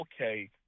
okay